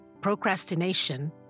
Procrastination